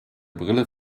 brille